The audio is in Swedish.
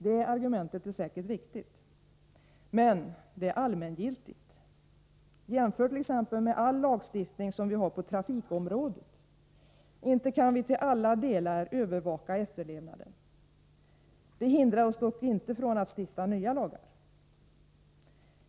— Det argumentet är säkert riktigt, men det är allmängiltigt. Jämför t.ex. med all lagstiftning som vi har på trafikområdet! Inte kan vi till alla delar övervaka efterlevnaden. Det hindrar oss dock inte från att stifta nya lagar.